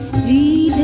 v